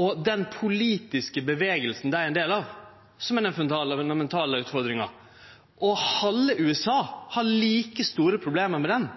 og den politiske bevegelsen dei er ein del av, som er den fundamentale utfordringa. Halve USA har like store problem med